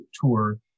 tour